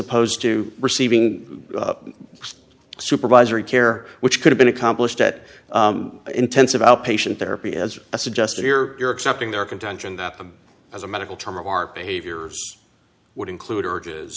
opposed to receiving supervisory care which could've been accomplished at intensive outpatient therapy as a suggested here you're accepting their contention that as a medical term behavior would include urges